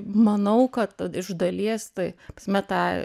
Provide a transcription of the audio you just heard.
manau kad iš dalies tai ta prasme tą